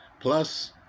plus